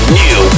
new